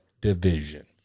division